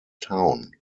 town